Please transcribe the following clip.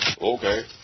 Okay